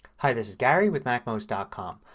hi, this is gary with macmost ah com.